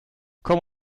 komme